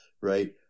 right